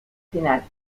final